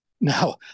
Now